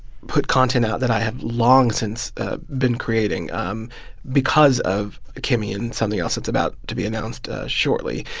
put content out that i have long since been creating um because of kimmy and something else that's about to be announced shortly.